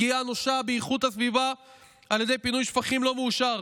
פגיעה אנושה באיכות הסביבה על ידי פינוי שפכים לא מאושר